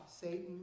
Satan